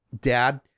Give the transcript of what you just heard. dad